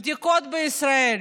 בדיקות בישראל: